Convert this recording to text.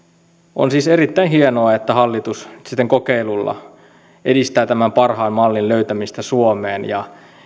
on siis erittäin hienoa että hallitus siten kokeilulla edistää tämän parhaan mallin löytämistä suomeen ja